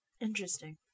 Interesting